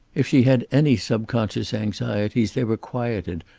if she had any subconscious anxieties they were quieted,